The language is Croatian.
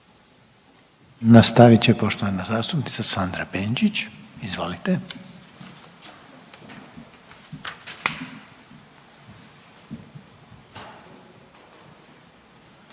Nastavit će poštovana zastupnica Sandra Benčić. Izvolite.